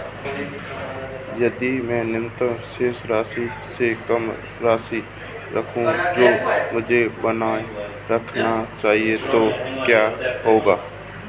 यदि मैं न्यूनतम शेष राशि से कम राशि रखूं जो मुझे बनाए रखना चाहिए तो क्या होगा?